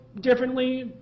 Differently